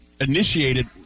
initiated